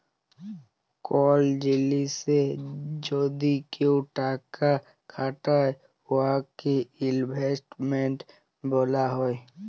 call জিলিসে যদি কেউ টাকা খাটায় উয়াকে ইলভেস্টমেল্ট ব্যলা হ্যয়